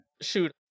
Shoot